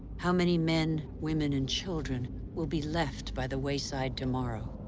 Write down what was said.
how many men, women and children will be left by the wayside tomorrow?